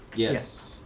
yes.